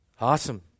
Awesome